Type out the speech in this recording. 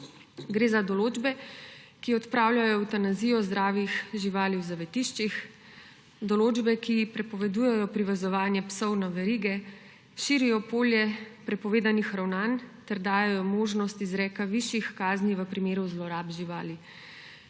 Gre za določbe, ki odpravljajo evtanazijo zdravih živali v zavetiščih, določbe, ki prepovedujejo privezovanje psov na verige, širijo polje prepovedanih ravnanj ter dajejo možnost izreka višjih kazni v primeru zlorab živali.